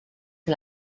que